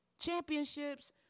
Championships